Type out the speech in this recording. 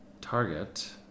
target